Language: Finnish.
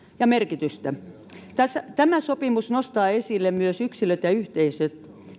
ja merkitystä tämä sopimus nostaa esille myös yksilöt ja yhteisöt